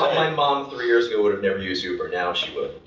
my mom three years ago would've never used uber, now she would.